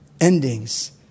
endings